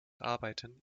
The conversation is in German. arbeiten